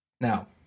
Now